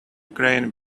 crane